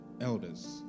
Elders